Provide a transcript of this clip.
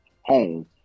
home